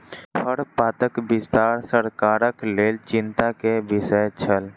खरपातक विस्तार सरकारक लेल चिंता के विषय छल